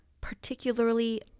particularly